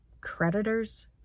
creditors